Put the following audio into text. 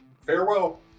farewell